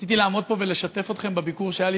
רציתי לעמוד פה ולשתף אתכם בביקור שהיה לי